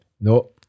No